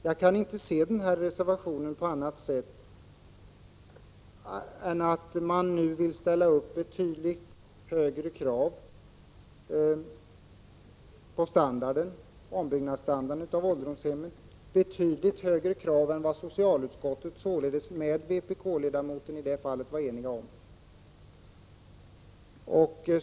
Jag kan inte se reservationen som någonting annat än ett uttryck för att man nu vill fastställa betydligt högre krav på ombyggnadsstandarden när det gäller ålderdomshemmen. Kraven är alltså betydligt högre än vad socialutskottet — inkl. vpk-ledamoten — var överens om.